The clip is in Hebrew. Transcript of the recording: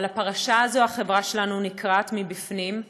ומהפרשה הזאת החברה שלנו נקרעת מבפנים,